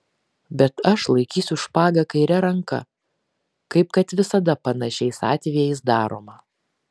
bet aš laikysiu špagą kaire ranka kaip kad visada panašiais atvejais daroma